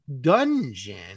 dungeon